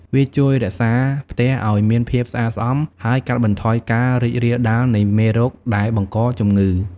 វាជួយរក្សាផ្ទះឱ្យមានភាពស្អាតស្អំ ហើយកាត់បន្ថយការរីករាលដាលនៃមេរោគដែលបង្កជំងឺ។